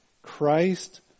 Christ